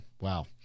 wow